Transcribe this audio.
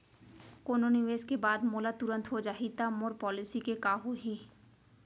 कोनो निवेश के बाद मोला तुरंत हो जाही ता मोर पॉलिसी के का होही?